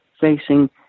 facing